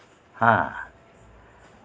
ᱦᱮᱸ